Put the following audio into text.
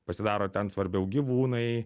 pasidaro ten svarbiau gyvūnai